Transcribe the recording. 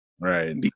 right